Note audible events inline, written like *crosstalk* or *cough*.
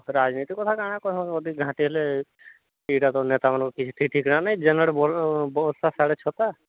ରାଜନୀତି କଥା କାଣା କହିବୁ *unintelligible* ଯାହାଟି ହେଲେ ଏଇଟା ତ ନେତା ମାନଙ୍କୁ କିଛି ଠିକ୍ ଠିକଣା ନାଇଁ ଯେନ ଆଡ଼େ ବ ବର୍ଷା ସିଆଡ଼େ ଛତା